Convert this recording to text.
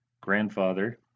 grandfather